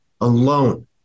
alone